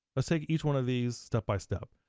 let's take each one of these step by step.